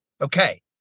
Okay